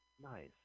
Nice